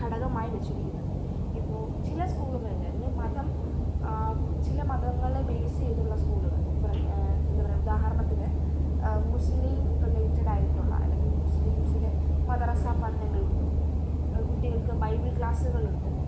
ഘടകമായി വെച്ചിരിക്കുന്നത് ഇപ്പോൾ ചില സ്കൂളുകളില് അല്ലെങ്കിൽ മതം ചില മതങ്ങള് ബേസ് ചെയ്തുള്ള സ്കൂളുകൾ ഫോർ എ എന്ത് പറയാൻ ഉദാഹരണത്തിന് മുസ്ലിം റിലേറ്റഡായിട്ടുള്ള അല്ലെങ്കിൽ മുസ്ലിംസിന് മദ്രസാ പഠനങ്ങളുണ്ട് കുട്ടികൾക്ക് ബൈബിൾ ക്ലാസുകളുണ്ട്